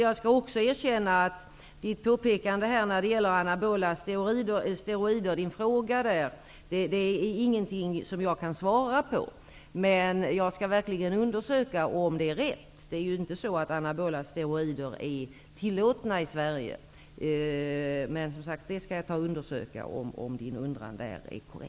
Jag vill också erkänna att jag inte kan svara på Sten Anderssons fråga om anabola steroider. Men jag skall verkligen undersöka om det stämmer. Anabola steroider är ju inte tillåtna i Sverige.